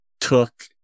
took